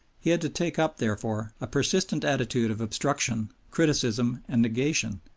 he had to take up, therefore, a persistent attitude of obstruction, criticism, and negation,